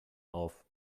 auf